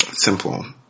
simple